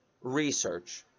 research